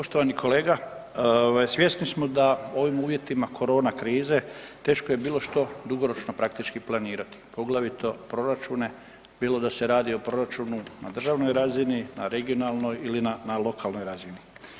Poštovani kolega, svjesni smo da u ovim uvjetima korona krize, teško je bilo što dugoročno praktički planirati, poglavito proračune, bilo da se radi o proračunu na državnoj razini, na regionalnoj ili na lokalnoj razini.